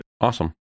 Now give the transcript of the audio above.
awesome